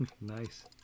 Nice